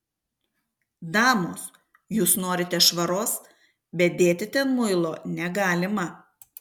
damos jūs norite švaros bet dėti ten muilo negalima